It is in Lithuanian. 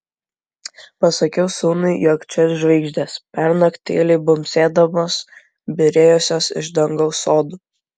pasakiau sūnui jog čia žvaigždės pernakt tyliai bumbsėdamos byrėjusios iš dangaus sodų